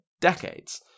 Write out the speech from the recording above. decades